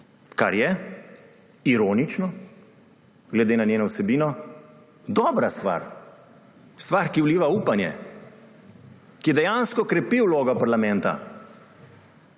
Kar je, ironično, glede na njeno vsebino dobra stvar. Stvar, ki vliva upanje, ki dejansko krepi vlogo parlamenta,